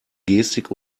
gestik